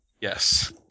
Yes